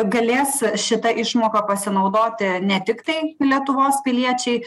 galės šita išmoka pasinaudoti ne tiktai lietuvos piliečiai